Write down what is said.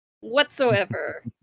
Whatsoever